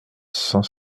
cent